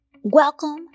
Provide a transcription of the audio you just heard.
Welcome